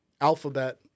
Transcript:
Alphabet